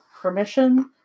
permission